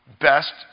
best